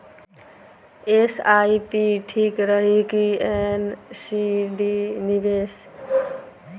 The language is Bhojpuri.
एस.आई.पी ठीक रही कि एन.सी.डी निवेश?